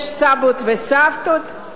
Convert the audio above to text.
יש סבים וסבתות,